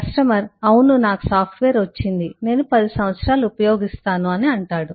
customer అవును నాకు software వచ్చింది నేను 10 సంవత్సరాలు ఉపయోగిస్తాను అని అంటాడు